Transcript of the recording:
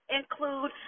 include